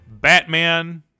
Batman